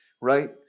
right